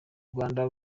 rwanda